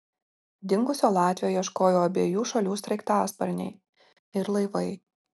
dingusio latvio ieškojo abiejų šalių sraigtasparniai ir laivai